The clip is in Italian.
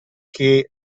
che